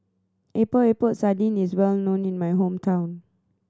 Epok Epok Sardin is well known in my hometown